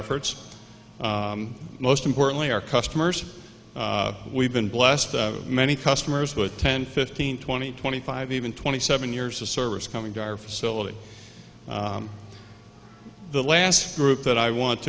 efforts most importantly our customers we've been blessed to have many customers with ten fifteen twenty twenty five even twenty seven years of service coming to our facility the last group that i want